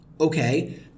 Okay